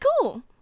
cool